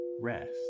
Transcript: Rest